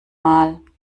mal